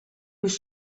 was